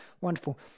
Wonderful